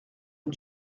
une